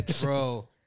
Bro